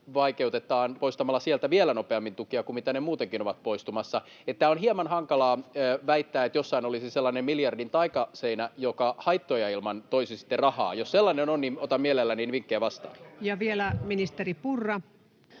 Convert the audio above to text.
vaikeutetaan poistamalla sieltä vielä nopeammin tukia kuin ne muutenkin ovat poistumassa. Niin että on hieman hankalaa väittää, että jossain olisi sellainen miljardin taikaseinä, joka ilman haittoja toisi rahaa. Jos sellainen on, otan mielelläni vinkkejä vastaan. Vielä ministeri Purra.